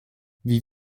wie